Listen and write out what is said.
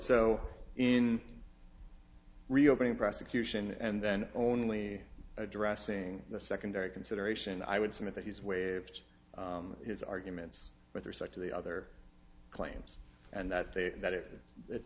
so in reopening prosecution and then only addressing the secondary consideration i would submit that he's waived his arguments with respect to the other claims and that they that i